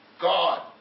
God